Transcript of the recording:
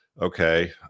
okay